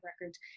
records